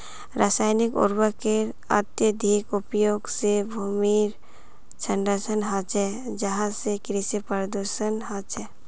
रासायनिक उर्वरकेर अत्यधिक उपयोग से भूमिर क्षरण ह छे जहासे कृषि प्रदूषण ह छे